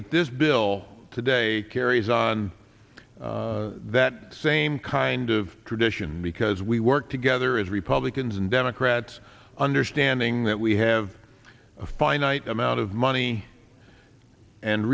that this bill today carries on that same car and of tradition because we work together as republicans and democrats understanding that we have a finite amount of money and